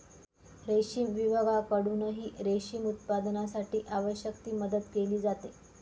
रेशीम विभागाकडूनही रेशीम उत्पादनासाठी आवश्यक ती मदत केली जाते